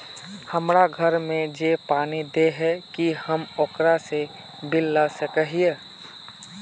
हमरा घर में जे पानी दे है की हम ओकरो से बिल ला सके हिये?